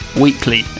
weekly